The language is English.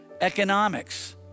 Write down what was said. economics